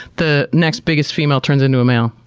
the next biggest female turns into a male.